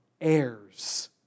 heirs